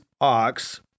ox